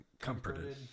Comforted